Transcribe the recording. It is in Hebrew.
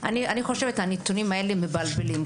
אני חושבת שהנתונים האלה מבלבלים.